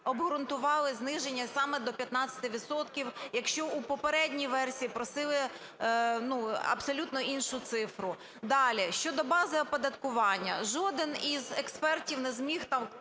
обґрунтували зниження саме до 15 відсотків, якщо у попередній версії просили абсолютно іншу цифру. Далі, щодо бази оподаткування. Жоден із експертів не зміг там